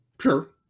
Sure